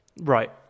Right